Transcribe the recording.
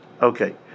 Okay